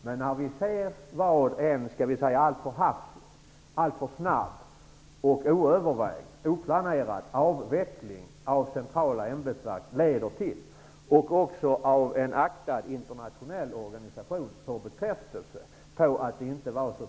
Det är väl rimligt att vi kritiserar konkreta exempel när vi ser vad en alltför hafsig, snabb, oövervägd och oplanerad avveckling av centrala ämbetsverk leder till -- även när en aktad internationell organisation bekräftar att det inte var så